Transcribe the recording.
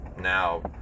Now